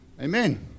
Amen